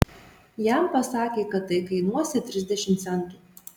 jam pasakė kad tai kainuosią trisdešimt centų